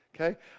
okay